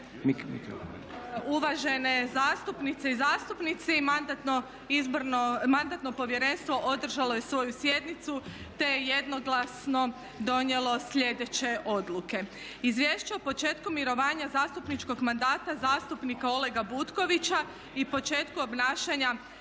Uvažene zastupnice i zastupnici, Mandatno povjerenstvo održalo je svoju sjednicu, te je jednoglasno donijelo sljedeće odluke. Izvješće o početku mirovanja zastupničkog mandata zastupnika Olega Butkovića i početku obnašanja